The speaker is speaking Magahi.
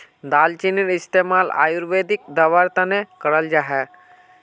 दालचीनीर इस्तेमाल आयुर्वेदिक दवार तने कराल जाहा